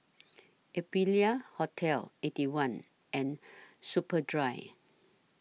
Aprilia Hotel Eighty One and Superdry